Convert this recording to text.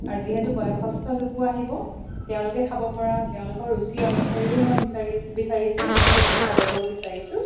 আৰু যিহেতু বয়সষ্ঠ লোকো আহিব তেওঁলোকে খাব পৰা তেওঁলোকৰ ৰুচি অনুসৰিও মই বিচাৰি বিচাৰিছোঁ অৰ্ডাৰ কৰিব বিচাৰিছোঁ